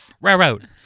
railroad